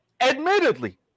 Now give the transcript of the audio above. Admittedly